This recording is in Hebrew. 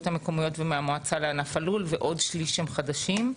המקומיות ומהמועצה לענף הלול ועוד שליש שהם חדשים.